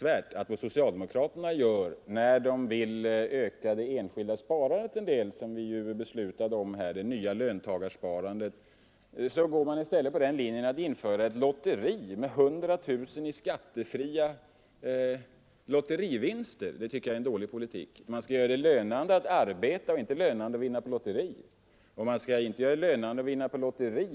Vad socialdemokraterna gör när de vill öka det enskilda sparandet en del — riksdagen har ju beslutat om det nya löntagarsparandet — är att införa ett lotteri med 100 000 kronor i skattefria lotterivinster, vilket jag tycker är en dålig politik. Man skall göra det lönande att arbeta och inte lönande att vinna på lotteri.